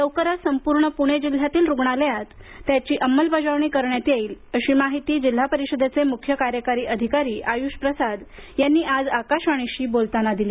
लवकरच संपूर्ण पुणे जिल्ह्यातील रुग्णालयात त्याची अंमलबजावणी सुरु करण्यात येईल अशी माहिती जिल्हा परिषदेचे मुख्य कार्यकारी अधिकारी आयुष प्रसाद यांनी आज आकाशवाणीशी बोलताना दिली